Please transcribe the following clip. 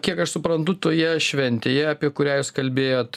kiek aš suprantu toje šventėje apie kurią jūs kalbėjot